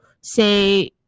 say